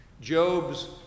Job's